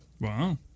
Wow